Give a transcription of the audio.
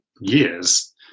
years